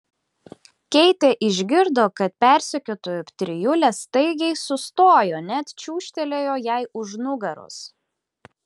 keitė išgirdo kad persekiotojų trijulė staigiai sustojo net čiūžtelėjo jai už nugaros